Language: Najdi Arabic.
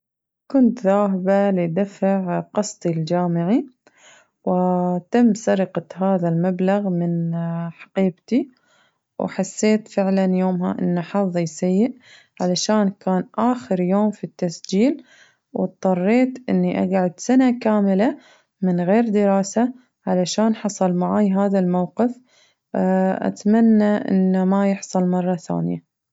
كنت ذاهبة لدفع قسطي الجامعي وتم سرقة هذا المبلغ من حقيبتي وحسيت فعلاً يومها إنو حظي سيء علشان كان آخر يوم فالتسجيل واضطريت إني أقعد سنة كاملة من غير دراسة علشان حصل معاي هذا الموقف أتمنى إنو ما يحصل معاي مرة ثانية.